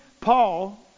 Paul